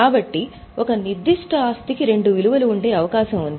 కాబట్టి ఒక నిర్దిష్ట ఆస్తికి రెండు విలువలు ఉండే అవకాశం ఉంది